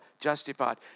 justified